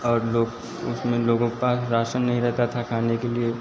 और लोग उसमें लोगों के पास रासन नहीं रहता था खाने के लिए